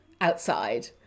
outside